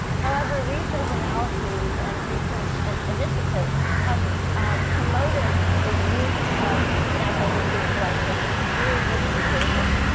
however, recent analyses and recent initiatives have promoted the use of natural history collections through digitization.